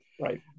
right